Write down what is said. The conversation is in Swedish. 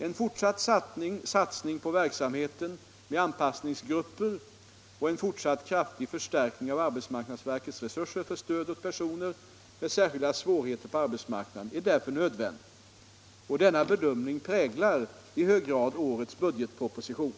En fortsatt satsning på verksamheten med anpassningsgrupper och en fortsatt kraftig förstärkning av arbetsmarknadsverkets resurser för stöd åt personer med särskilda svårigheter på arbetsmarknaden är därför nödvändig. Denna bedömning präglar i hög grad årets budgetproposition.